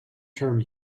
term